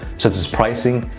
such as pricing,